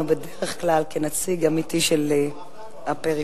בדרך כלל כנציג אמיתי של הפריפריה.